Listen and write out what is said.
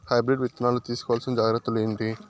Hybrid విత్తనాలు తీసుకోవాల్సిన జాగ్రత్తలు ఏంటి?